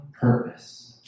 purpose